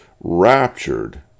raptured